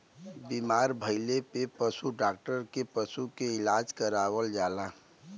बीमार भइले पे पशु डॉक्टर से पशु के इलाज करावल जाला